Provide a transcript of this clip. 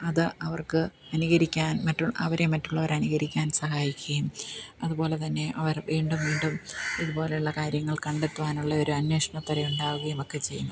അത് അവർക്ക് അനുകരിക്കാൻ മറ്റു അവരെ മറ്റുള്ളവർ അനുകരിക്കാൻ സഹായിക്കുകയും അതുപോലെത്തന്നെ അവർ വീണ്ടും വീണ്ടും ഇതുപോലെയുള്ള കാര്യങ്ങൾ കണ്ടെത്തുവാനുള്ള ഒരന്വേഷണ ത്വര ഉണ്ടാവുകയും ഒക്കെ ചെയ്യുന്നു